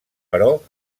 però